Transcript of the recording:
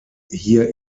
hier